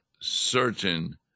certain